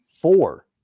four